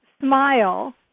smile